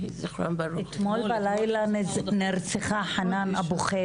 אתמול בלילה נרצחה חנאן אבו חד